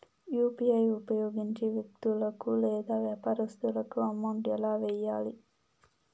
UPI ఉపయోగించి వ్యక్తులకు లేదా వ్యాపారస్తులకు అమౌంట్ ఎలా వెయ్యాలి